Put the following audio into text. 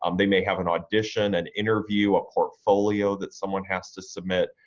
um they may have an audition, an interview, a portfolio that someone has to submit,